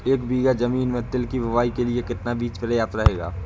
एक बीघा ज़मीन में तिल की बुआई के लिए कितना बीज प्रयाप्त रहेगा?